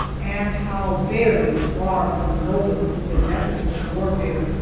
and how very far from noble is their method of warfare!